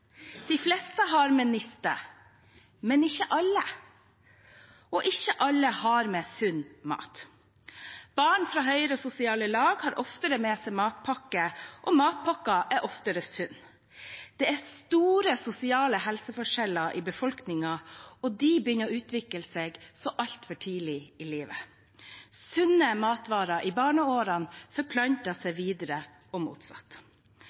De fleste har med niste, men ikke alle. Og ikke alle har med sunn mat. Barn fra høyere sosiale lag har oftere med seg matpakke, og matpakka er oftere sunn. Det er store sosiale helseforskjeller i befolkningen – og det begynner å vises så altfor tidlig i livet. Sunne matvaner i barneårene forplanter seg videre, og motsatt.